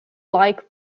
like